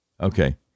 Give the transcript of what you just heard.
Okay